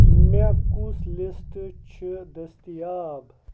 مےٚ کُس لسٹ چھِ دٔستِیاب ؟